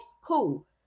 cool